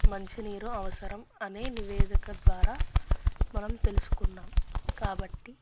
మంచినీరు అవసరం అనే నివేదిక ద్వారా మనం తెలుసుకున్నాం కాబట్టి